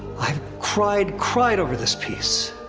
i've cried, cried over this piece.